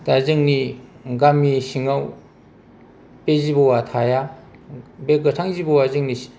दा जोंनि गामि सिङाव बे जिबौवा थाया बे गोथां जिबौवा जोंनि